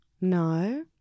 No